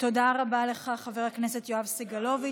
תודה רבה לך, חבר הכנסת יואב סגלוביץ'.